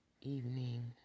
evening